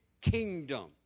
Kingdom